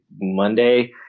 Monday